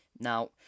Now